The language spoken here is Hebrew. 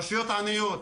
רשויות עניות,